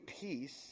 peace